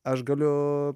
aš galiu